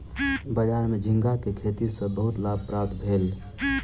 बजार में झींगा के खेती सॅ बहुत लाभ प्राप्त भेल